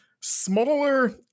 smaller